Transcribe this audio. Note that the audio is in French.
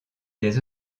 des